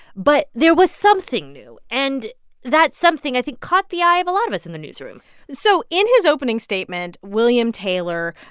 but there was something new. and that something, i think, caught the eye of a lot of us in the newsroom so in his opening statement, william taylor,